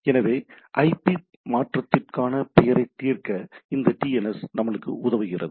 எனவே ஐபி மாற்றத்திற்கான பெயரைத் தீர்க்க இந்த டிஎன்எஸ் நமக்கு உதவுகிறது